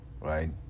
right